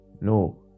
No